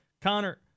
Connor